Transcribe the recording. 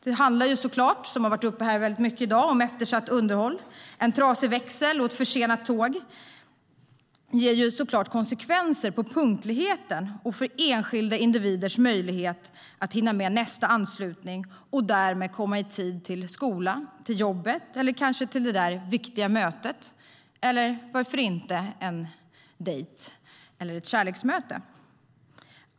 Det handlar så klart, vilket har tagits upp mycket här i dag, om eftersatt underhåll. En trasig växel och ett försenat tåg ger konsekvenser för punktligheten och för enskildas möjligheter att hinna med nästa anslutning och därmed komma i tid till skolan, jobbet eller ett viktigt möte, eller, varför inte, till en dejt eller ett kärleksmöte.